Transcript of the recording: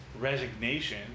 resignation